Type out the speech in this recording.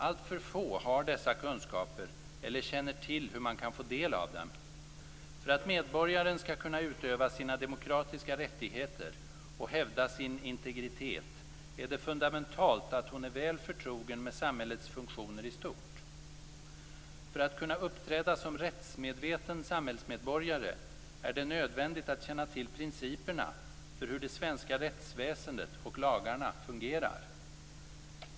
Alltför få har dessa kunskaper eller känner till hur man kan få del av dem. För att medborgaren skall kunna utöva sina demokratiska rättigheter och hävda sin integritet är det fundamentalt att hon är väl förtrogen med samhällets funktioner i stort. För att kunna uppträda som rättsmedveten samhällsmedborgare är det nödvändigt att känna till principerna för hur det svenska rättsväsendet och lagarna fungerar.